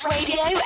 Radio